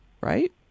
right